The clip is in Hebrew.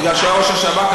בגלל שהוא היה ראש השב"כ,